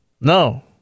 No